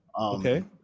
Okay